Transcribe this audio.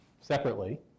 separately